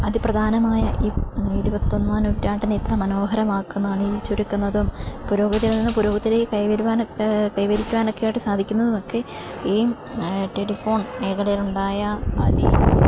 അതിപ്രധാനമായ ഈ ഇരുപത്തിയൊന്നാം നൂറ്റാണ്ടിനെ ഇത്ര മനോഹരമാക്കുന്നതാണ് ഈ ചുരുക്കുന്നതും പുരോഗതിയിൽ നിന്ന് പുരോഗത്തിലേക്ക് കൈവരിക്കുവാനൊക്കെ ആയിട്ട് സാധിക്കുന്നതൊക്കെ ഈ ടെലിഫോൺ മേഖലയിലുണ്ടായ അതി